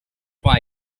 why